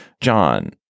John